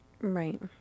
Right